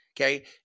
Okay